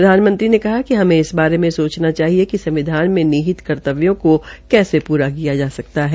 प्रधानमंत्री ने कहा कि हमे इस बारे में सोचना चाहिए कि संविधान में निहित कर्तव्यों को कैसे पूरा किया जा सकता है